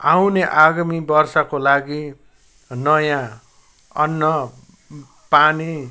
आउने आगामी वर्षको लागि नयाँ अन्नपानी